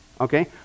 Okay